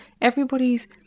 everybody's